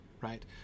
right